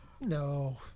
No